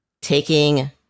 taking